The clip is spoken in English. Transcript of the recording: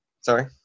sorry